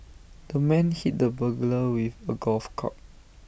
the man hit the burglar with A golf club